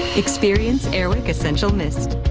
experience air wick essential mist.